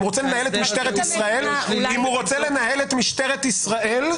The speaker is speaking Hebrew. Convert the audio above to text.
אם הוא רוצה לנהל את משטרת ישראל,